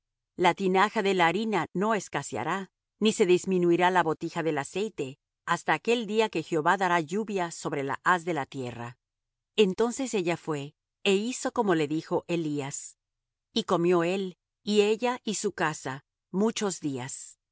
la tinaja de la harina no escaseará ni se disminuirá la botija del aceite hasta aquel día que jehová dará lluvia sobre la haz de la tierra entonces ella fué é hizo como le dijo elías y comió él y ella y su casa muchos días y